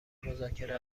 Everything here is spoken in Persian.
مذاکره